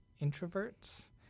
introverts